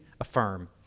affirm